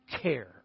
care